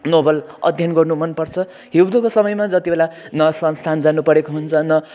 novel अध्ययन गर्नु मन पर्छ हिउँदको समयमा जति बेला न संस्थान जानु परेको हुन्छ न